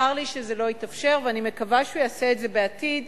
צר לי שזה לא התאפשר ואני מקווה שהוא יעשה את זה בעתיד,